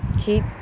keep